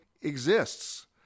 exists